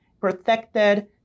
protected